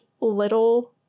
little